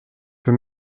wir